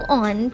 on